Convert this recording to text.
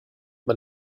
man